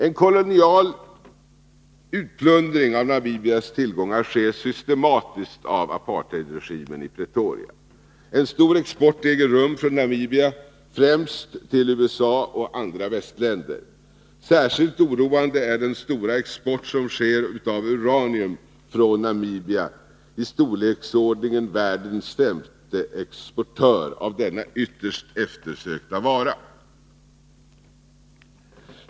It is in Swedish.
En kolonial utplundring av Namibias tillgångar sker systematiskt av Apartheidregimen i Pretoria. En stor export äger rum från Namibia, främst till USA och andra västländer. Särskilt oroande är den stora export som sker av uranium från Namibia. Landet är den i storleksordning femte exportören i världen av denna ytterst eftersökta vara.